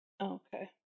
Okay